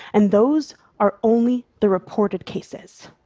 and those are only the reported cases.